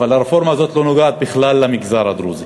אבל הרפורמה הזאת לא נוגעת בכלל במגזר הדרוזי.